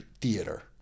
theater